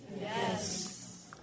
Yes